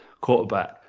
quarterback